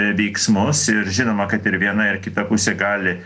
veiksmus ir žinoma kad ir viena ir kita pusė gali